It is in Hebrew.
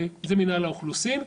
זה מנהל האוכלוסין.